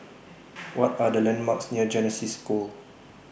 What Are The landmarks near Genesis School